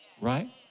Right